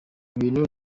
ibintu